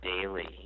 daily